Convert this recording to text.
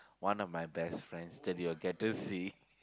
one of my best friends that you'll get to see